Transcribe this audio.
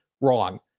Wrong